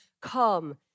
come